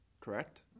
correct